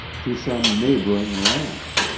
to some neighboring ranch.